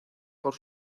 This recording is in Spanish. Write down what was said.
por